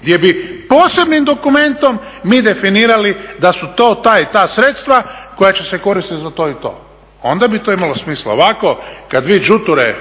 gdje bi posebnim dokumentom mi definirali da su to ta i ta sredstva koja će se koristiti za to i to, onda bi to imalo smisla. Ovako, kad vi …